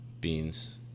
Beans